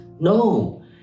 No